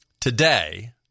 Today